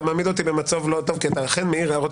אתה מעמיד אותי במצב לא טוב כי אתה אכן מעיר הערות